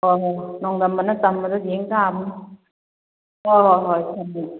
ꯍꯣꯏ ꯍꯣꯏ ꯅꯣꯡꯗꯝꯕꯅ ꯇꯝꯕꯗꯣ ꯌꯦꯡ ꯇꯥꯕꯅꯤ ꯍꯣꯏ ꯍꯣꯏ ꯍꯣꯏ ꯊꯝꯃꯒꯦ